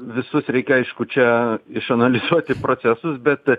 visus reikia aišku čia išanalizuoti procesus bet